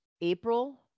April